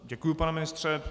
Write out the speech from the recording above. Děkuji, pane ministře.